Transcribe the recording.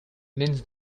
means